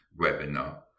webinar